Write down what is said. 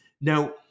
Now